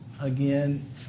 again